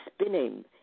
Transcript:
spinning